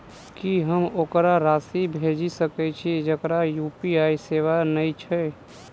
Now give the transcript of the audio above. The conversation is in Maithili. की हम ओकरा राशि भेजि सकै छी जकरा यु.पी.आई सेवा नै छै?